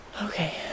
Okay